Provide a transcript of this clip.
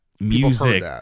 music